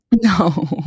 No